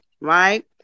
right